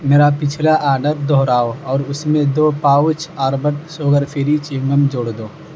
میرا پچھلا آرڈر دوہراؤ اور اس میں دو pouch Orbit sugar free chewing gum جوڑ دو